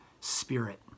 spirit